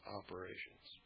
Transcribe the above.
operations